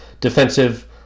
defensive